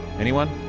anyone?